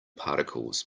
particles